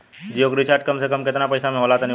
जियो के रिचार्ज सबसे कम केतना पईसा म होला तनि बताई?